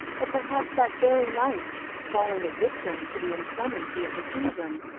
or perhaps that very night falling a victim to the inclemency of the season.